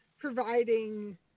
Providing